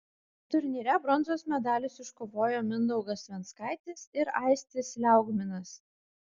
turnyre bronzos medalius iškovojo mindaugas venckaitis ir aistis liaugminas